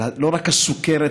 לא רק הסוכרת